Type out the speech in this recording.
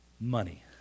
Money